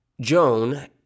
Joan